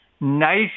nice